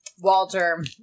Walter